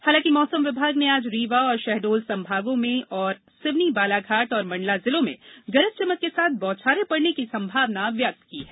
हालांकि मौसम विभाग ने आज रीवा और शहडोल संभागों में तथा सिवनी बालाघाट और मंडला जिलों में गरज चमक के साथ बौछारें पड़ने की संभावना व्यक्त की है